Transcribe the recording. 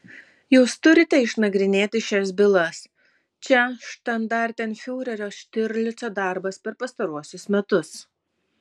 jūs turite išnagrinėti šias bylas čia štandartenfiurerio štirlico darbas per pastaruosius metus